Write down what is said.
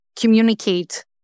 communicate